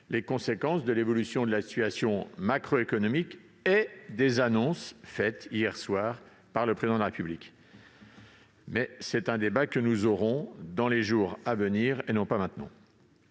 les conséquences de l'évolution de la situation macroéconomique et des annonces faites hier soir par le Président de la République. C'est un débat que nous aurons dans les jours à venir. L'amendement